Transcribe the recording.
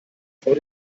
vor